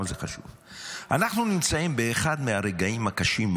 אנחנו נמצאים באחד הרגעים הקשים,